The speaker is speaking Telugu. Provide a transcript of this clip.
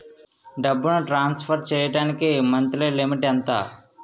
డబ్బును ట్రాన్సఫర్ చేయడానికి మంత్లీ లిమిట్ ఎంత?